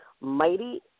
mighty